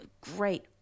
great